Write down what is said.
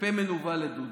ו"פה מנוול" לדודי.